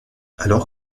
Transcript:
alors